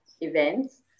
events